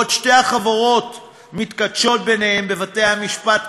בעוד שתי החברות מתכתשות ביניהן בבתי-המשפט,